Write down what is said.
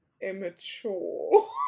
immature